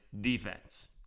defense